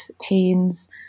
pains